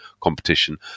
competition